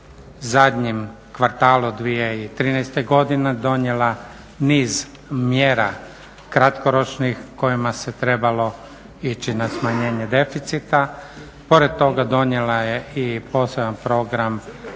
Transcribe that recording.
zadnjem kvartalu 2013. godine donijela niz mjera kratkoročnih kojima se trebalo ići na smanjenje deficita. Pored toga donijela je i poseban program